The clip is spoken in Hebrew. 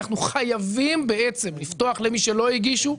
אנחנו חייבים בעצם לפתוח למי שלא הגישו.